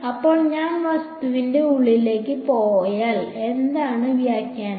അപ്പോൾ ഞാൻ വസ്തുവിന്റെ ഉള്ളിലേക്ക് പോയാൽ എന്താണ് വ്യാഖ്യാനം